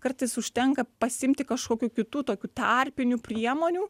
kartais užtenka pasiimti kažkokių kitų tokių tarpinių priemonių